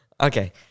Okay